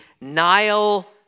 Nile